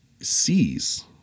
sees